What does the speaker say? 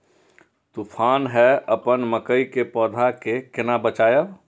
तुफान है अपन मकई के पौधा के केना बचायब?